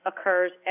occurs